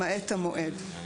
למעט המועד".